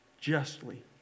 justly